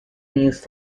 means